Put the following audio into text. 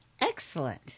Excellent